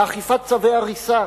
לאכיפת צווי הריסה.